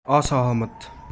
असहमत